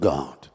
God